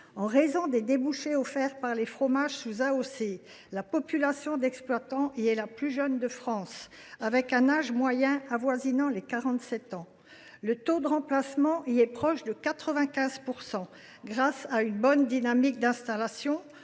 d’origine contrôlée (AOC), la population d’exploitants y est la plus jeune de France, avec un âge moyen avoisinant les 47 ans. Le taux de remplacement y est proche de 95 %, grâce à une bonne dynamique d’installation